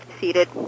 seated